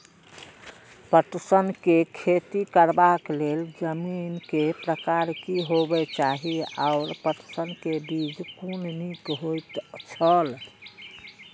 पटसन के खेती करबाक लेल जमीन के प्रकार की होबेय चाही आओर पटसन के बीज कुन निक होऐत छल?